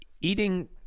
Eating